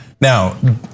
Now